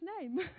name